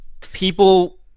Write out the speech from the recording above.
people